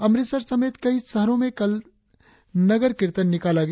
अमृतसर समेत कई शहरों में कल नगर कीर्तन निकाला गया